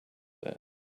there